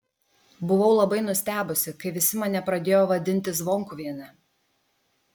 buvau labai nustebusi kai visi mane pradėjo vadinti zvonkuviene